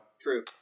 true